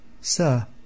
Sir